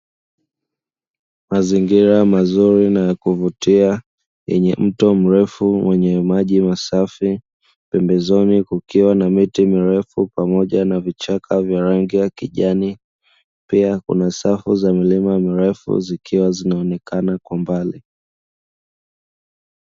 Mazingira mazuri na ya kuvutia yenye mto mrefu wenye maji masafi, pembezoni kukiwa na miti mirefu pamoja na vichaka vya rangi ya kijani, pia kuna safu za milima mirefu zikiwa zinaonekana kwa mbali.